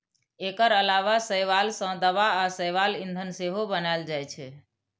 एकर अलावा शैवाल सं दवा आ शैवाल ईंधन सेहो बनाएल जाइ छै